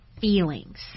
feelings